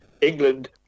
england